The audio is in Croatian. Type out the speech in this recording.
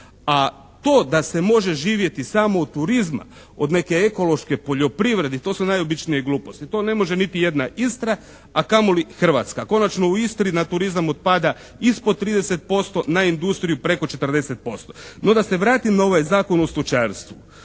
a to da se može živjeti samo od turizma od neke ekološke poljoprivrede, to su najobičnije gluposti. To ne može niti jedna Istra, a kamoli Hrvatska. Konačno u Istri na turizam otpada ispod 30% na industriju preko 40%. No, da se vratim na ovaj Zakon o stočarstvu.